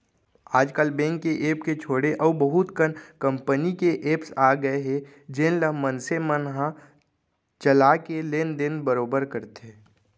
आज काल बेंक के ऐप के छोड़े अउ बहुत कन कंपनी के एप्स आ गए हे जेन ल मनसे मन ह चला के लेन देन बरोबर करथे